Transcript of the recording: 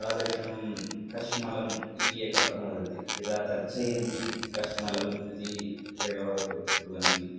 तादृशं कष्मलम् इति एकपदं वदति यदा तर्जयन्ति कष्मलम् इति प्रयोगं कु कुर्वन्ति